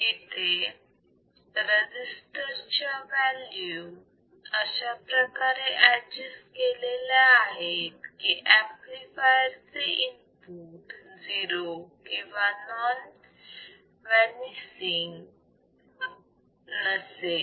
इथे रजिस्टर चा व्हॅल्यू अशाप्रकारे ऍडजेस्ट केलेल्या आहेत की एंपलीफायर चे इनपुट 0 किंवा नॉन वॅनीसिंग नसेल